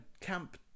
camp